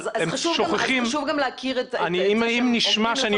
אבל הם שוכחים --- חשוב גם להכיר את --- אם נשמע שאני